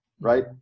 right